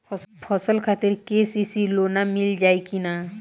फसल खातिर के.सी.सी लोना मील जाई किना?